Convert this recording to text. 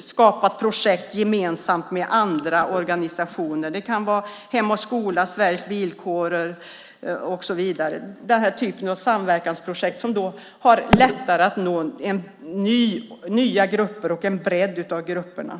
skapat projekt gemensamt med andra organisationer. Det kan vara Hem och Skola, Sveriges Bilkårers Riksförbund och så vidare. Den här typen av samverkansprojekt har lättare att nå nya grupper och en bredd av grupper.